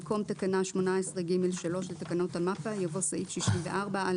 במקום "תקנה 18(ג)(3) לתקנות המפ"א" יבוא "סעיף 64א(ג)